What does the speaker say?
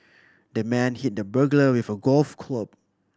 the man hit the burglar with a golf club